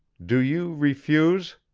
do you refuse?